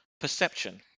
Perception